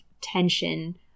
tension